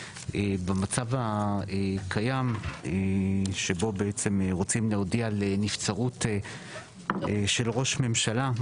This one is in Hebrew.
במצב הקיים שבו בעצם רוצים להודיע לנבצרות של ראש ממשלה,